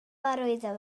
arwyddo